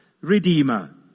redeemer